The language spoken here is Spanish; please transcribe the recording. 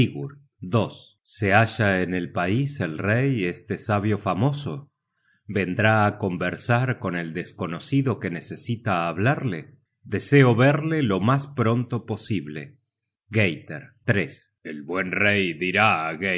se halla en el pais el rey este sabio famoso vendrá á conversar con el desconocido que necesita hablarle deseo verle lo mas pronto posible el buen rey dirá